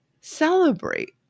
celebrate